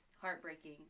heartbreaking